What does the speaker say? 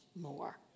more